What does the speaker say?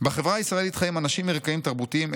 "בחברה הישראלית חיים אנשים מרקעים תרבותיים,